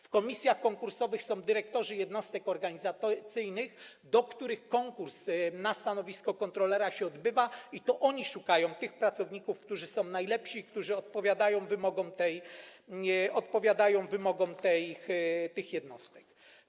W komisjach konkursowych są dyrektorzy jednostek organizacyjnych, do których konkurs na stanowisko kontrolera się odbywa, i to oni szukają tych pracowników, którzy są najlepsi i którzy odpowiadają wymogom tych jednostek.